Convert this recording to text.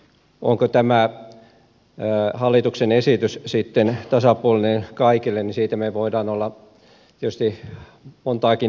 onko tämä hallituksen esitys sitten tasapuolinen kaikille siitä me voimme olla tietysti montaakin mieltä